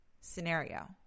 scenario